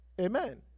Amen